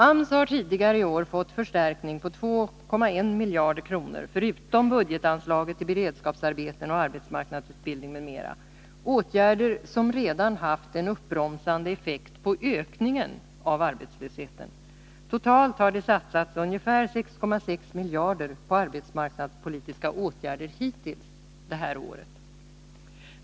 AMS har tidigare i år fått en förstärkning på 2,1 miljarder kronor förutom budgetanslaget till beredskapsarbeten och arbetsmarknadsutbildning m.m., åtgärder som redan haft en uppbromsande effekt på ökningen av arbetslösheten. Totalt har det satsats ungefär 6,6 miljarder på arbetsmarknadspolitiska åtgärder hittills det här året.